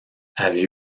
avait